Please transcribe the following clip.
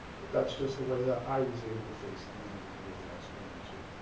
but that's just the way that i was able to face the man in the mirror the next morning, too.